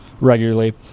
regularly